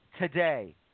today